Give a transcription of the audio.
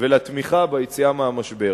ולתמיכה ביציאה מהמשבר.